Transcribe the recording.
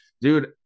dude